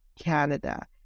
Canada